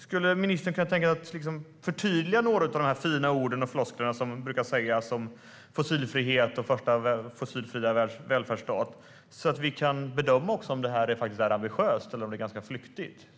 Skulle ministern kunna tänka sig att förtydliga några av de här fina orden och flosklerna om fossilfrihet och världens första fossilfria välfärdsstat så att vi kan bedöma om det här är ambitiöst eller om det är ganska flyktigt?